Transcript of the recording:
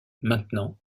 maintenant